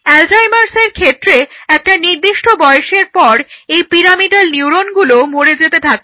অ্যালজাইমার্সের ক্ষেত্রে একটা নির্দিষ্ট বয়সের পর এই পিরামিডাল নিউরনগুলো মরে যেতে থাকে